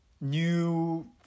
new